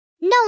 No